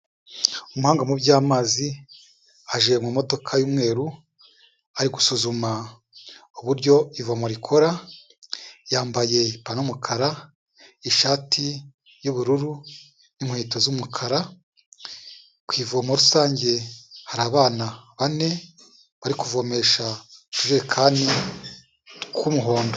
Umuhanga mu by'amazi aje mu modoka y'umweru, ari gusuzuma uburyo ivomo rikora, yambaye ipantaro y'umukara, ishati y'ubururu, inkweto z'umukara, ku ivomo rusange hari abana bane bari kuvomesha utujerekani tw'umuhondo.